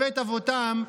לבית אבותם,